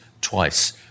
twice